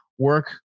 work